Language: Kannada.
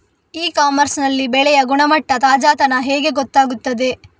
ಇ ಕಾಮರ್ಸ್ ನಲ್ಲಿ ಬೆಳೆಯ ಗುಣಮಟ್ಟ, ತಾಜಾತನ ಹೇಗೆ ಗೊತ್ತಾಗುತ್ತದೆ?